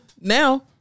now